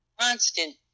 constant